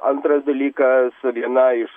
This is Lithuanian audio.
antras dalykas viena iš